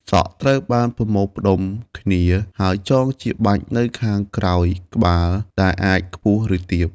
សក់ត្រូវបានប្រមូលផ្តុំគ្នា ហើយចងជាបាច់នៅខាងក្រោយក្បាល ដែលអាចខ្ពស់ ឬទាប។